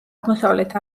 აღმოსავლეთ